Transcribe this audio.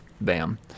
bam